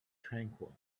tranquil